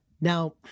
Now